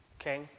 okay